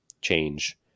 change